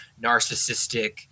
narcissistic